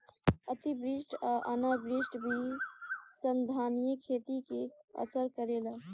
अतिवृष्टि आ अनावृष्टि भी संधारनीय खेती के असर करेला